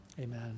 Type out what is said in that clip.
Amen